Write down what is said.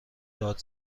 داد